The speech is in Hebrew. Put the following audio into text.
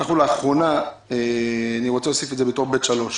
אני רוצה להוסיף את זה בתור ב(3).